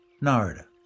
Narada